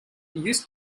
used